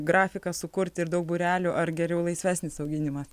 grafiką sukurti ir daug būrelių ar geriau laisvesnis auginimas